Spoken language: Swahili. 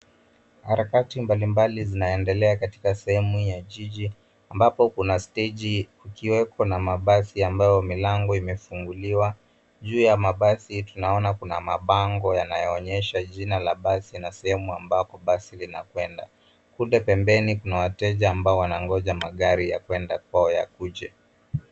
Harakati mbalimbali zinaendelea katika sehemu ya jiji ambapo kuna steji ikiwepo na mabasi ya ambao milango imefunguliwa juu ya mabasi tunaona kuna mabango yanayoonyesha jina la basi na sehemu ambapo basi linakwenda. Kule pembeni kuna wateja ambao wanagoja magari ya kwenda kwao yakuje.